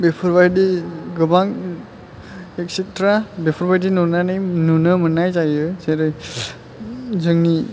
बेफोरबायदि गोबां एटसेट्रा बेफोरबादि नुनानै नुनो मोननाय जायो जेरै जोंनि